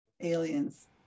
aliens